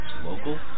local